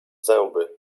zęby